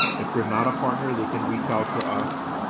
if they're not a partner, they can reach out to us